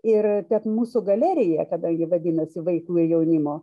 ir tad mūsų galerija kadangi vadinasi vaikų ir jaunimo